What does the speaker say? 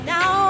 Now